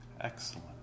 Excellent